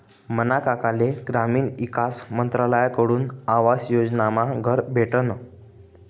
मना काकाले ग्रामीण ईकास मंत्रालयकडथून आवास योजनामा घर भेटनं